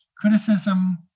criticism